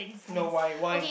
no why why